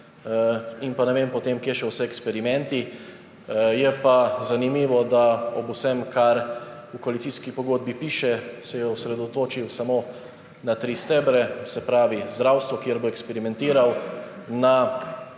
in pa ne vem potem, kje še vse eksperimenti. Je pa zanimivo, da ob vsem, kar v koalicijski pogodbi piše, se je osredotočil samo na tri stebre, se pravi zdravstvo, kjer bo eksperimentiral, na